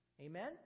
Amen